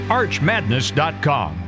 archmadness.com